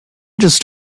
just